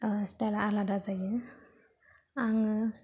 आलादा जायो आङो